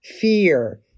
fear